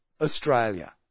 Australia